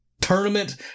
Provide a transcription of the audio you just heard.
tournament